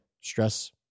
stress